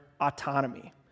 autonomy